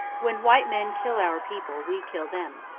when white men kill our people, we kill them.